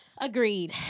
Agreed